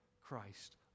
Christ